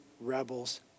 rebels